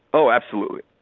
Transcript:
oh absolutely.